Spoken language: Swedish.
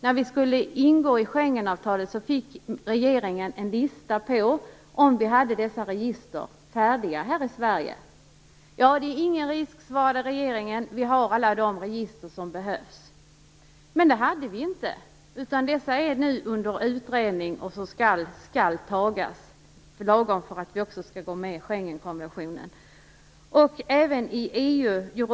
När vi skulle ingå Schengenavtalet fick regeringen en lista och frågan om vi hade dessa register färdiga här i Sverige. Ja, det är ingen risk, svarade regeringen, vi har alla register som behövs. Men det hade vi inte, utan dessa är nu under utredning, och vi skall fatta beslut om dem lagom till att Schengenkonventionen börjar gälla.